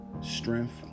strength